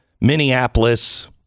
Minneapolis